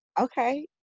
Okay